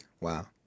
Wow